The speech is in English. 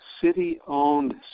city-owned